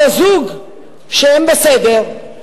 הרי זוג שהם בסדר,